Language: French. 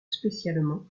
spécialement